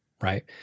right